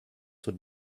would